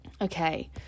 Okay